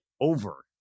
over